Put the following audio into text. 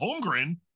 holmgren